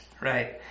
Right